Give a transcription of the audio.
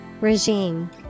Regime